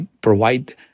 provide